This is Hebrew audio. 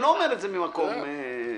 אני לא אומר את זה ממקום לא טוב.